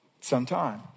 sometime